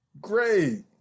Great